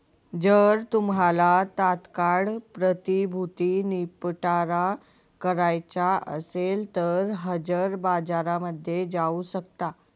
जर तुम्हाला तात्काळ प्रतिभूती निपटारा करायचा असेल तर हजर बाजारामध्ये जाऊ शकता